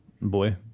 boy